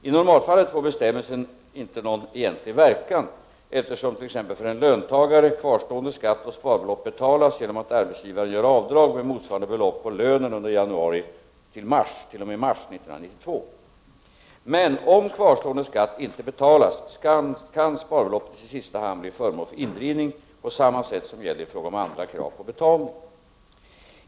I normalfallet får bestämmelsen inte någon egentlig verkan, eftersom — t.ex. för en löntagare — kvarstående skatt och sparbelopp betalas genom att arbetsgivaren gör avdrag med motsvarande belopp på lönen under januarimars 1992. Men om kvarstående belopp inte betalas kan sparbeloppet i sista hand bli föremål för indrivning på samma sätt som gäller i fråga om andra krav på betalning.